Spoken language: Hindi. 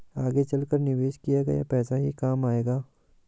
आगे चलकर निवेश किया गया पैसा ही काम आएगा